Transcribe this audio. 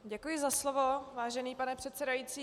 Děkuji za slovo, vážený pane předsedající.